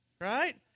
right